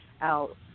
Out